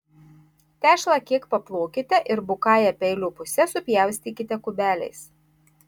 tešlą kiek paplokite ir bukąja peilio puse supjaustykite kubeliais